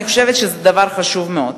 אני חושבת שזה דבר חשוב מאוד.